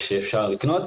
שאפשר לקנות,